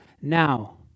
now